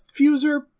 fuser